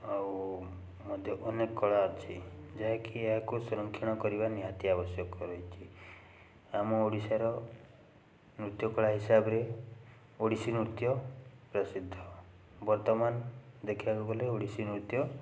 ଆଉ ମଧ୍ୟ ଅନେକ କଳା ଅଛି ଯାହାକି ଏହାକୁ ସରଂକ୍ଷଣ କରିବା ନିହାତି ଆବଶ୍ୟକ ରହିଛି ଆମ ଓଡ଼ିଶାର ନୃତ୍ୟକଳା ହିସାବରେ ଓଡ଼ିଶୀନୃତ୍ୟ ପ୍ରସିଦ୍ଧ ବର୍ତ୍ତମାନ ଦେଖିବାକୁ ଗଲେ ଓଡ଼ିଶୀନୃତ୍ୟ